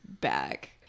back